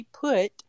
put